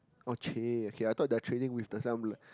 oh !chey! okay I thought they are trading with the some like